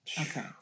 Okay